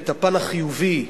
הפן החיובי,